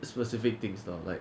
specific things lor like